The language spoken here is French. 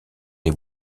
des